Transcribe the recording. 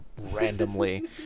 randomly